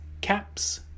Caps